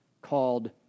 called